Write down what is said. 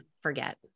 forget